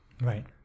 right